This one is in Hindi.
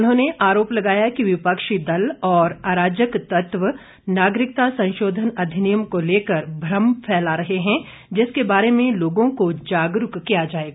उन्होंने आरोप लगाया कि विपक्षी दल और अराजक तत्व नागरिकता संशोधन अधिनियम को लेकर भ्रम फैला रहे हैं जिसके बारे में लोगों को जागरूक किया जाएगा